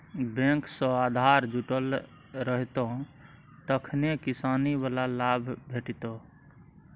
bank सँ आधार जुटल रहितौ तखने किसानी बला लाभ भेटितौ